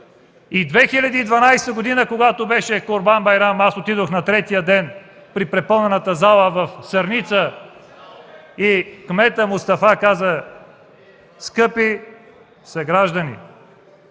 2012 г., когато беше Курбан байрам, аз отидох на третия ден в препълнената зала в Сърница и кметът Мустафа каза: „Скъпи съграждани,